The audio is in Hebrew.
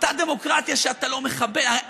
אותה דמוקרטיה שאתה לא מכבד.